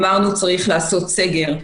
שצריך לעשות סגר,